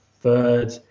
third